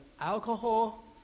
alcohol